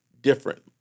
different